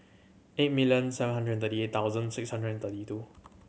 eight million seven hundred thirty eight thousand six hundred and thirty two